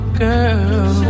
girl